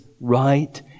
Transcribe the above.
right